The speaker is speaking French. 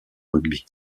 rugby